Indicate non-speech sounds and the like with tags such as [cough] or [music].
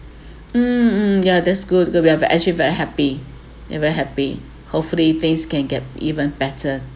[breath] mm mm yeah that's good because we have to actually very happy yeah very happy hopefully things can get even better